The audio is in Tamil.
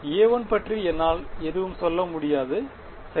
A1 பற்றி என்னால் எதுவும் சொல்ல முடியாது சரி